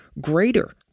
greater